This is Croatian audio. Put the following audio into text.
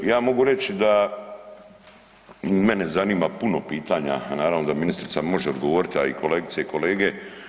Ja mogu reći da mene zanima puno pitanja, a naravno da ministrica može odgovoriti, a i kolegice i kolege.